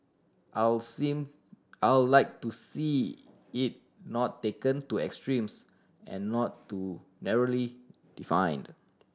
I'll seem I'll like to see it not taken to extremes and not too narrowly defined